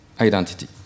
identity